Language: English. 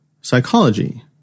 psychology